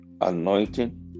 anointing